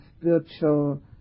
spiritual